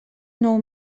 nou